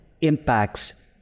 impacts